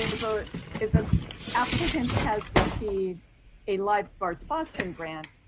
if ah if an applicant has received a live arts boston grant,